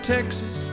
Texas